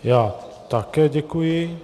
Já také děkuji.